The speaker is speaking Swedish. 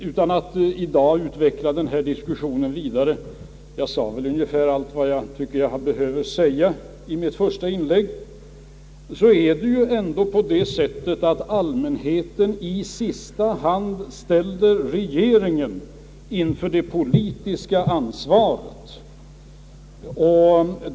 Utan att i dag utveckla denna diskussion vidare — jag sade i mitt första inlägg ungefär allt vad jag tycker jag behövde säga — kan jag väl ändå säga att det är allmänheten som i sista hand ställer regeringen inför det politiska ansvaret.